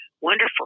wonderful